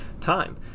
time